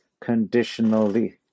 conditionally